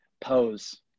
pose